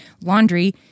laundry